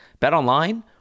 BetOnline